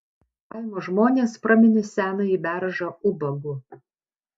kaimo žmonės praminė senąjį beržą ubagu